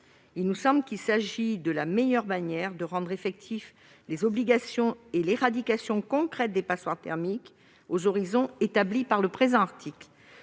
de travaux. Il s'agit de la meilleure manière de rendre effectives les obligations et l'éradication concrète des passoires thermiques aux horizons fixés dans le présent article.